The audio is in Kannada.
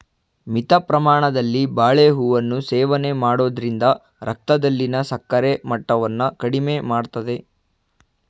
ಮಿತ ಪ್ರಮಾಣದಲ್ಲಿ ಬಾಳೆಹೂವನ್ನು ಸೇವನೆ ಮಾಡೋದ್ರಿಂದ ರಕ್ತದಲ್ಲಿನ ಸಕ್ಕರೆ ಮಟ್ಟವನ್ನ ಕಡಿಮೆ ಮಾಡ್ತದೆ